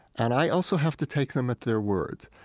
and i also have to take them at their word,